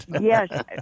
Yes